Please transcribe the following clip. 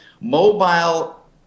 mobile